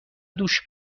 دوش